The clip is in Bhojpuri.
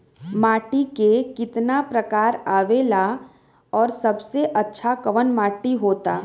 माटी के कितना प्रकार आवेला और सबसे अच्छा कवन माटी होता?